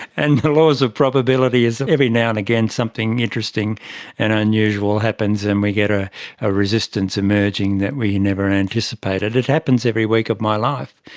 and the laws of probability is that every now and again something interesting and unusual happens and we get a ah resistance emerging that we never anticipated. it happens every week of my life.